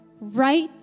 Right